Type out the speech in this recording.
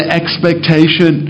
expectation